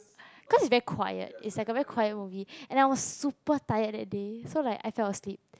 cause it's very quiet it's like a very quiet movie and I was super tired that day so like I felt asleep